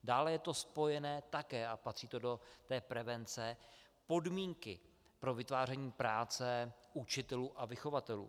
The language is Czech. Dále je to spojené také a patří to do té prevence s podmínkami pro vytváření práce učitelů a vychovatelů.